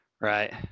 right